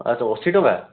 ଆଚ୍ଛା ଅଶୀ ଟଙ୍କା